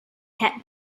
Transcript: kept